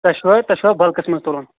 تُہۍ چھُوا تُہۍ چھُوا بَلکس منٛز تُلن